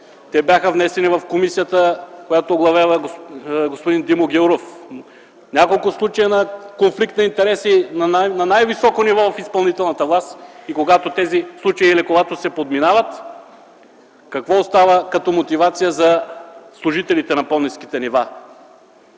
те бяха внесени в комисията, която оглавява господин Димо Гяуров, няколко случая на конфликт на интереси на най високо ниво в изпълнителната власт, и когато тези случаи се подминават, какво остава като мотивация за служителите на по ниските нива?